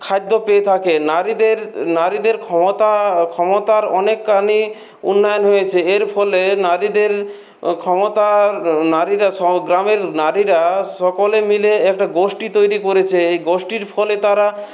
খাদ্য পেয়ে থাকে নারীদের নারীদের ক্ষমতার ক্ষমতার অনেকখানিই উন্নয়ন হয়েছে এর ফলে নারীদের ক্ষমতার নারীরা গ্রামের নারীরা সকলে মিলে একটা গোষ্ঠী তৈরি করেছে এই গোষ্ঠীর ফলে তারা